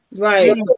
right